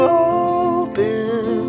open